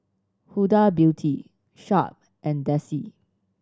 Huda Beauty Sharp and Delsey